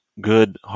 good